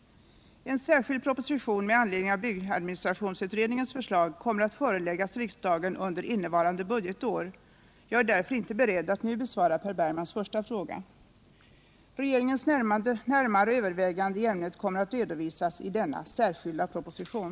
En särskild proposition med anledning av byggadministrationsutredningens förslag kommer att föreläggas riksdagen under innevarande budgetår. Jag är därför inte beredd att nu besvara Per Bergmans första fråga. Regeringens närmare överväganden i ämnet kommer att redovisas i denna särskilda proposition.